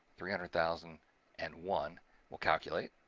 three hundred thousand and one will calculate.